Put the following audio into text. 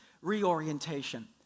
reorientation